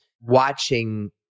Watching